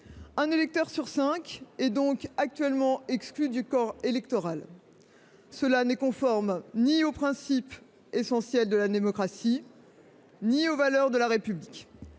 un électeur sur cinq est actuellement exclu du corps électoral. Cela n’est conforme ni aux principes essentiels de la démocratie ni aux valeurs de la République.